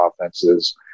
offenses